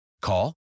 Call